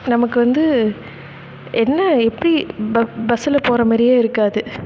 நமக்கு வந்து என்ன எப்படி ப பஸ்ஸில் போகிற மாதிரியே இருக்காது